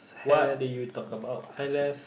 what did you talk about